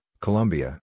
Colombia